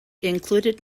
included